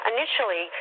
Initially